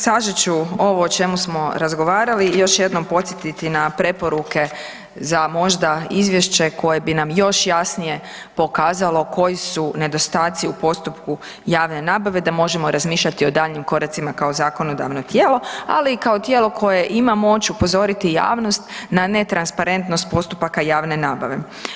Sažet ću ovo o čemu smo razgovarali i još jednom podsjetiti na preporuke za možda izvješće koje bi nam još jasnije pokazalo koji su nedostaci u postupku javne nabave, da možemo razmišljati i daljnjim koracima kao zakonodavno tijelo, ali i kao tijelo koje imamo, hoću upozoriti javnost na netransparentnost postupaka javne nabave.